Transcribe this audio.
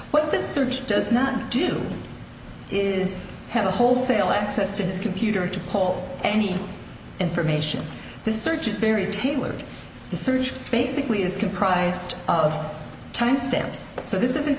what the search does not do is have a wholesale access to this computer to call any information the search is very tailored the search basically is comprised of ten steps so this is